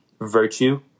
virtue